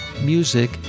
music